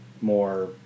more